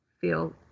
feel